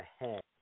ahead